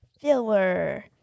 Filler